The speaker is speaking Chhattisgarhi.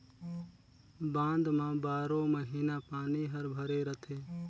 बांध म बारो महिना पानी हर भरे रथे